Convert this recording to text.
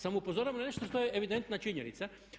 Samo upozoravam na nešto što je evidentna činjenica.